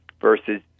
Versus